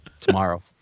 tomorrow